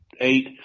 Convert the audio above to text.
eight